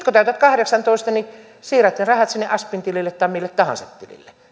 kun täytät kahdeksantoista niin siirrät ne rahat sinne asp tilille tai mille tahansa tilille